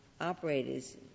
operators